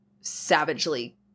savagely